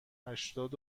هشتاد